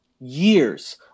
years